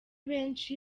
benshi